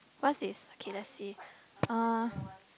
what's this okay let's see uh